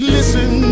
Listen